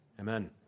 Amen